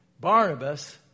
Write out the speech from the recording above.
Barnabas